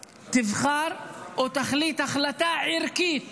תבחר, או תחליט החלטה ערכית